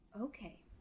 Okay